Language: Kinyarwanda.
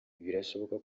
birashoboka